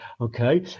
Okay